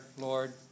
Lord